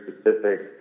specific